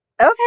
Okay